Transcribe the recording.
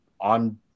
on